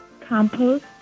compost